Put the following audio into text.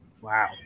Wow